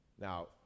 Now